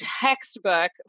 textbook